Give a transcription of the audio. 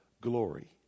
glory